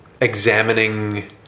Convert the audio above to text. examining